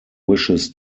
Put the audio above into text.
wishes